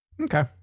Okay